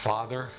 Father